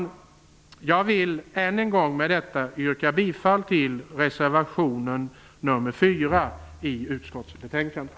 Med detta vill jag än en gång yrka bifall till reservation 4 i utskottsbetänkandet.